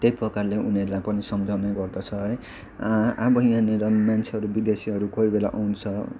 त्यही प्रकारले उनीहरूलाई पनि सम्झाउने गर्दछ है अब यहाँनिर मान्छेहरू विदेशीहरू कोही बेला आउँछ